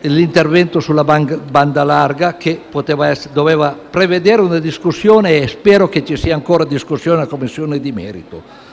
l'intervento sulla banda larga, che avrebbe dovuto prevedere una discussione e spero che ci sia ancora discussione nella Commissione di merito.